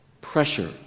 pressure